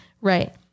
Right